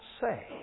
say